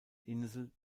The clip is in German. insel